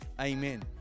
Amen